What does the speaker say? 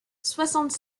soixante